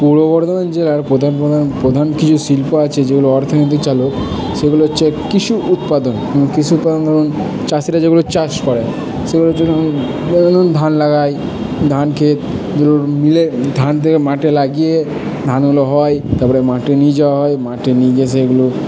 পূর্ব বর্ধমান জেলার প্রধান প্রধান প্রধান কিছু শিল্প আছে যেগুলো অর্থনীতি চালক সেগুলো হচ্ছে কৃষি উৎপাদন কৃষি উৎপাদন ধরুন চাষিরা যেগুলো চাষ করে সেগুলো তুলে ধান লাগায় ধানক্ষেত মিলে ধান থেকে মাঠে লাগিয়ে ধানগুলো হয় তারপরে মাঠে নিয়ে যাওয়া হয় মাঠে নিয়ে গিয়ে সেগুলো